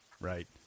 Right